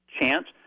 chance